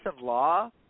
law